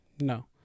No